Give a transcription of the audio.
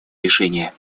решения